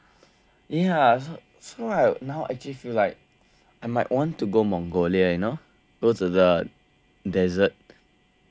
ya so right now actually feel like I might want to go Mongolia you know go to the desert